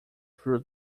fruit